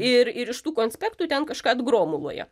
ir ir iš tų konspektų ten kažką atgromuluoja